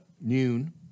noon